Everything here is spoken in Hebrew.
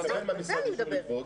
הוא מקבל מהמשרד אישור לגבות.